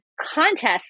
contest